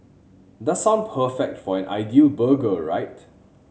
does sound perfect for an ideal burger right